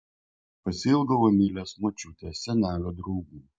pasiilgau emilės močiutės senelio draugų